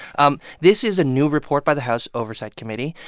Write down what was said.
um this is a new report by the house oversight committee,